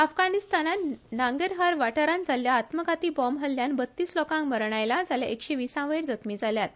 अफगाणिस्तानात नांगरहार वाठारात जाल्ल्या आत्मघाती बाँब हल्ल्यान बत्तीस लोकांक मरण आयला जाल्यार एकशेवीसावयर जखमी जाल्यात